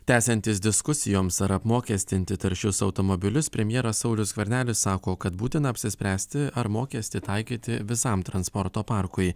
tęsiantis diskusijoms ar apmokestinti taršius automobilius premjeras saulius skvernelis sako kad būtina apsispręsti ar mokestį taikyti visam transporto parkui